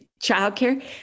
childcare